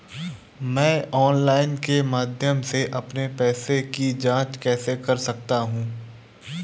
मैं ऑनलाइन के माध्यम से अपने पैसे की जाँच कैसे कर सकता हूँ?